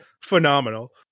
phenomenal